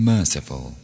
Merciful